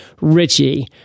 Richie